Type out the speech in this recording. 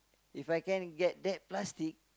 If I can get that plastic